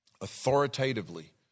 authoritatively